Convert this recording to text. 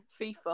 fifa